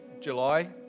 July